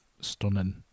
stunning